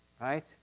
Right